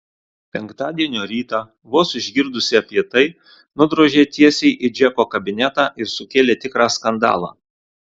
penktadienio rytą vos išgirdusi apie tai nudrožė tiesiai į džeko kabinetą ir sukėlė tikrą skandalą